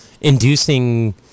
inducing